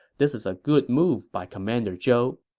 this is a good move by commander zhou.